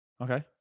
Okay